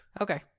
Okay